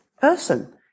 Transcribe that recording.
person